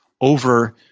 over